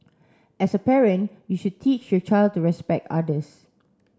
as a parent you should teach your child to respect others